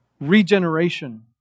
regeneration